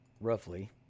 roughly